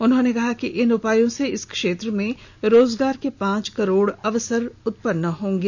उन्होंने कहा कि इन उपायों से इस क्षेत्र में रोजगार के पांच करोड़ अवसर उत्पन्न होंगे